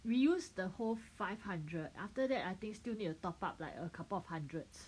we use the whole five hundred after that I think still need to top up like a couple of hundreds